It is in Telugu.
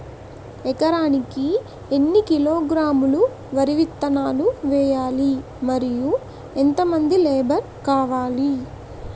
ఎకరానికి ఎన్ని కిలోగ్రాములు వరి విత్తనాలు వేయాలి? మరియు ఎంత మంది లేబర్ కావాలి?